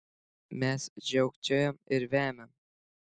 mes žiaukčiojam ir vemiam